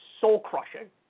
soul-crushing